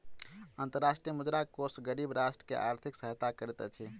अंतर्राष्ट्रीय मुद्रा कोष गरीब राष्ट्र के आर्थिक सहायता करैत अछि